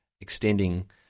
extending